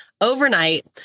overnight